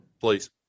please